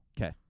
Okay